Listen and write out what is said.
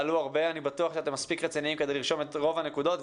אני בטוח שאתם מספיק רציניים כדי לרשום את רוב הנקודות.